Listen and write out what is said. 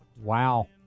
Wow